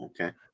okay